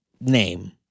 name